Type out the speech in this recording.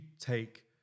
take